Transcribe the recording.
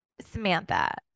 Samantha